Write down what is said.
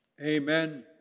Amen